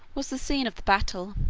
was the scene of the battle.